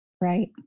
Right